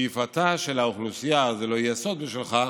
שאיפתה של האוכלוסייה, זה לא יהיה סוד בשבילך,